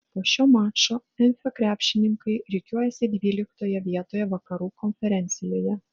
po šio mačo memfio krepšininkai rikiuojasi dvyliktoje vietoje vakarų konferencijoje